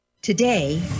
Today